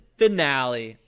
finale